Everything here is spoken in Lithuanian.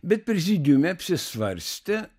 bet prezidiume apsisvarstė